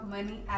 Money